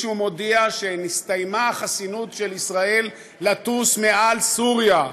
ומישהו מודיע שנסתיימה החסינות של ישראל לטוס מעל סוריה,